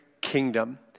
kingdom